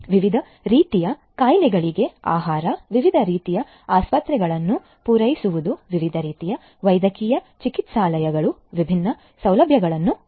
ವಿವಿಧ ರೀತಿಯ ಕಾಯಿಲೆಗಳಿಗೆ ಆಹಾರ ವಿವಿಧ ರೀತಿಯ ಆಸ್ಪತ್ರೆಗಳನ್ನು ಪೂರೈಸುವುದು ವಿವಿಧ ರೀತಿಯ ವೈದ್ಯಕೀಯ ಚಿಕಿತ್ಸಾಲಯಗಳು ವಿಭಿನ್ನ ಸೌಲಭ್ಯಗಳನ್ನು ಹೊಂದಿವೆ